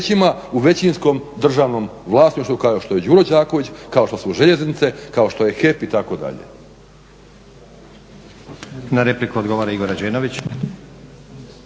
Na repliku odgovara Igor Rađenović.